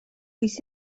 oes